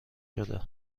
شده